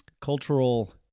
cultural